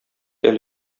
әле